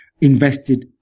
invested